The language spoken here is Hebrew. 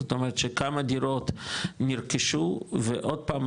זאת אומרת שכמה דירות נרכשו ועוד פעם,